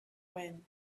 when